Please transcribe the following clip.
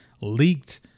leaked